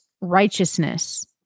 righteousness